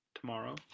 tomorrow